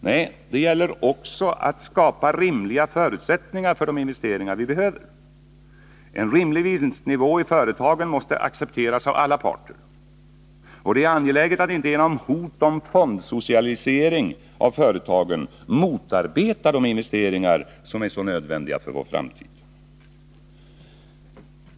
Men det gäller också att skapa rimliga förutsättningar för de investeringar vi behöver. En rimlig vinstnivå i företagen måste accepteras av alla parter. Och det är angeläget att man inte genom hot om fondsocialisering av företagen motarbetar de investeringar som är så nödvändiga för vår framtid.